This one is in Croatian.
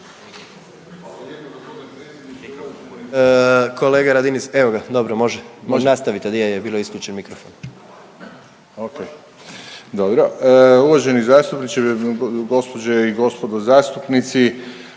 Kolega Radin, evo ga, dobro, može. Nastavite. Je, je, bio je isključen mikrofon./... Okej, dobro. Uvaženi zastupniče, gospođe i gospodo zastupnici,